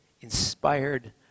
inspired